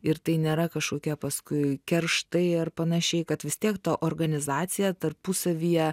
ir tai nėra kažkokia paskui kerštai ar panašiai kad vis tiek ta organizacija tarpusavyje